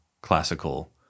classical